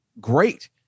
great